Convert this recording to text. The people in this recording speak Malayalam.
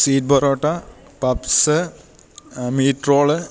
sweet parotta puffs meat role